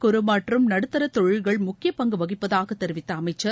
குறு மற்றும் நடுத்தர தொழில்கள் முக்கிய பங்கு வகிப்பதாக தெரிவித்த அமைச்சர்